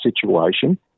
situation